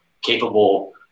capable